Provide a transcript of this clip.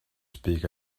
speak